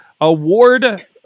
award